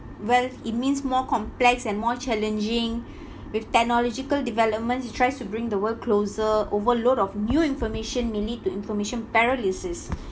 well it means more complex and more challenging with technological developments it tries to bring the world closer overload of new information may lead to information paralysis